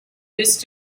used